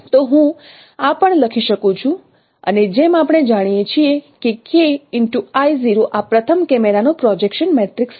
તો હું આ પણ લખી શકું છું અને જેમ આપણે જાણીએ છીએ કે આ પ્રથમ કેમેરાનો પ્રોજેક્શન મેટ્રિક્સ છે